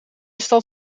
stad